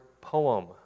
poem